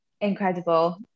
Incredible